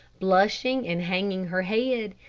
blushing and hanging her head,